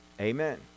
Amen